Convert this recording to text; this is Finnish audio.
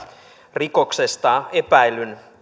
rikoksesta epäillyn